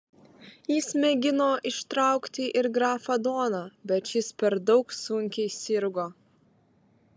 jis mėgino ištraukti ir grafą doną bet šis per daug sunkiai sirgo